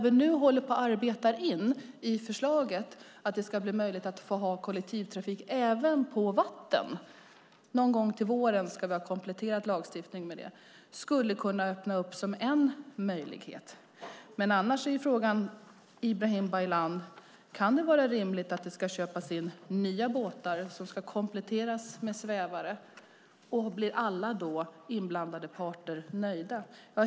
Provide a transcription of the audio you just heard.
Vi arbetar nu in i förslaget att det ska vara möjligt att ha kollektivtrafik även på vatten. Någon gång till våren ska vi ha kompletterat lagstiftningen. Det kan vara en möjlighet. Annars kan man undra, Ibrahim Baylan, om det kan vara rimligt att köpa in nya båtar som ska kompletteras med svävare. Blir alla inblandade parter nöjda?